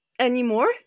anymore